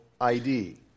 ID